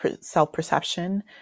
self-perception